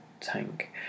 tank